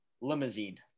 Limousine